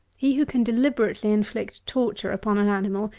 he who can deliberately inflict torture upon an animal,